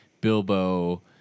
Bilbo